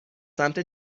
سمت